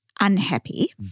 unhappy